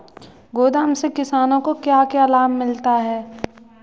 गोदाम से किसानों को क्या क्या लाभ मिलता है?